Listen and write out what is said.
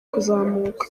kuzamuka